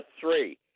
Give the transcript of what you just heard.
three